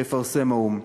שיפרסם האו"ם.